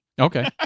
Okay